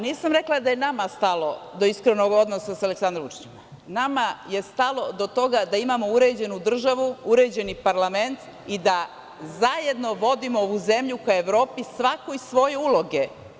Nisam rekla da je nama stalo do iskrenog odnosa sa Aleksandrom Vučićem, nama je stalo do toga da imamo uređenu državu, uređeni parlament i da zajedno vodimo ovu zemlju ka Evropi svakoj svoje uloge.